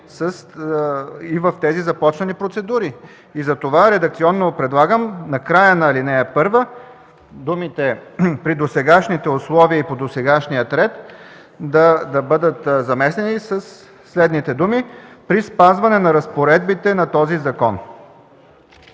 и в тези започнали процедури? Затова редакционно предлагам накрая на ал. 1 думите „при досегашните условия и по досегашния ред”, да бъдат заместени със следните думи: „при спазване на разпоредбите на този закон”.